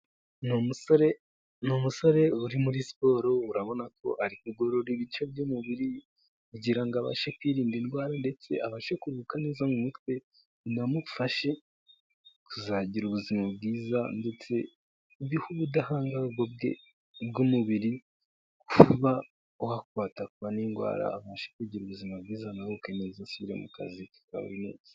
Ni umusore ni umusore uri muri siporo urabona ko ari kugorora ibice by'umubiri kugira abashe kwirinda indwara ndetse abashe kuruhuka neza mu mutwe binamufashe kuzagira ubuzima bwiza ndetse bihe ubudahangarwa bwe bw'umubiri kuba wakwatakwa n'indwara abasha kugira ubuzima bwiza anaruhuke neza asubire mu kazi ke ka buri munsi.